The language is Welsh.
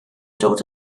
dod